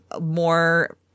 more